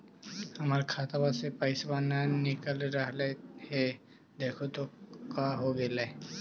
हमर खतवा से पैसा न निकल रहले हे देखु तो का होगेले?